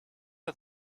are